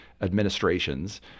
administrations